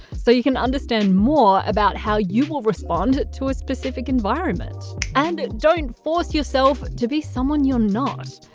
so you can understand more about how you will respond to a specific environment. and don't force yourself to be someone you're not!